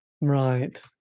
Right